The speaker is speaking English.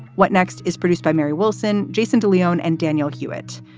what next is produced by mary wilson, jason de leon and daniel hewitt.